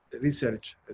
research